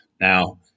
Now